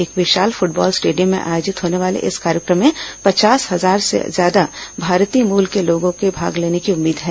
एक विशाल football stadium में आयोजित होने वाले इस कार्यक्रम में पचास हजार से ज्यादा भारतीय मूल के लोगों के भाग लेने की उम्मीद है